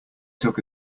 took